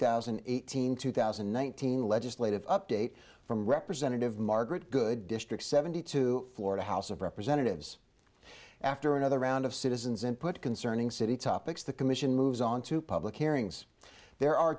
thousand and eighteen two thousand and one thousand legislative update from representative margaret good district seventy two florida house of representatives after another round of citizens input concerning city topics the commission moves on to public hearings there are